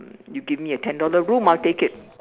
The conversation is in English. you give me a ten dollar room I will take it